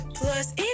Plus